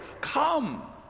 come